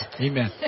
Amen